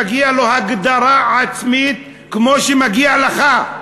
מגיעה לו הגדרה עצמית כמו שמגיע לך.